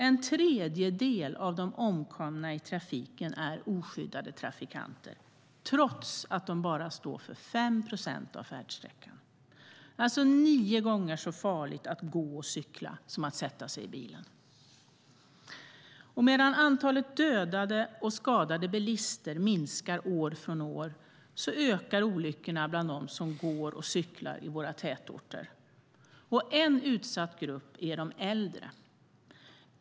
En tredjedel av de omkomna i trafiken är oskyddade trafikanter trots att de bara står för 5 procent av färdsträckan. Det är alltså nio gånger så farligt att gå och cykla som att sätta sig i bilen. Medan antalet dödade och skadade bilister minskar år för år, ökar olyckorna bland dem som går och cyklar i våra tätorter. En utsatt grupp är de äldre.